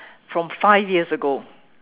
from five years ago